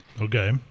Okay